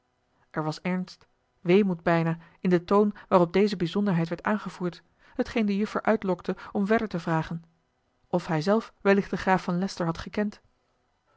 er was ernst weemoed bijna in den toon waarop deze bijzonderheid werd aangevoerd hetgeen de juffer uitlokte om verder te vragen of hij zelf wellicht den graaf van leycester had gekend